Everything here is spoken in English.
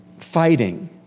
fighting